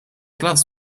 gloves